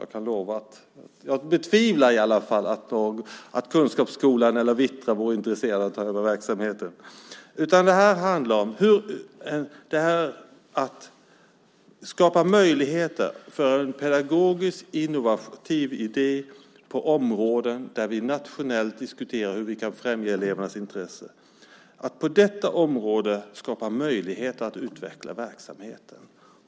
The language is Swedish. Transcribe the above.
Jag betvivlar att Kunskapsskolan eller Vittra vore intresserade av att ta över verksamheten. Det handlar om att skapa möjligheter för en pedagogiskt innovativ idé på områden där vi nationellt diskuterar hur vi kan främja elevernas intressen och att på detta område skapa möjligheter att utveckla verksamheten.